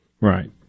Right